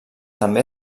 també